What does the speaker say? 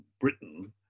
Britain